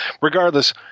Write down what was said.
regardless